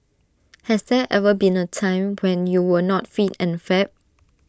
has there ever been A time when you were not fit and fab